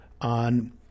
on